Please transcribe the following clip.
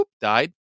died